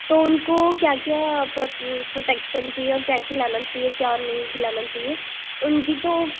तो उनको क्या क्या प्रो प्रोटेक्शन चाहिए और क्या खिलाना चाहिए क्या नहीं खिलाना चाहिए उनकी तो